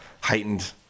heightened